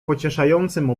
pocieszającym